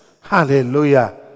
Hallelujah